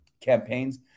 campaigns